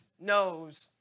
knows